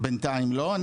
בינתיים לא,